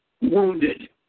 wounded